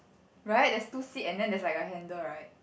right there's two seat and then there's like a handle right